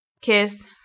kiss